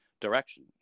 direction